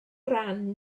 ran